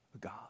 God